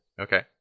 Okay